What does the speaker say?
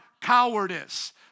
cowardice